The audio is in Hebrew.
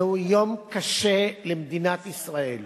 זהו יום קשה למדינת ישראל.